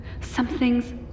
Something's